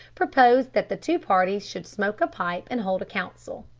proposed that the two parties should smoke a pipe and hold a council.